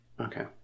Okay